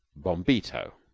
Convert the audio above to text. bombito.